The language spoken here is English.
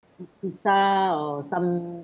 pi~ pizza or some